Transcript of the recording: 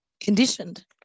conditioned